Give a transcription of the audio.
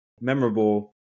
memorable